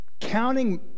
counting